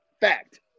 Fact